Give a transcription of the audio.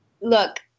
look